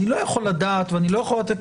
אני לא יכול לדעת ואני לא יכול לתת